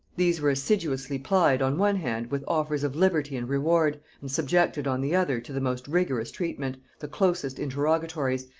these were assiduously plied on one hand with offers of liberty and reward, and subjected on the other to the most rigorous treatment, the closest interrogatories,